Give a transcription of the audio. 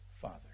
Father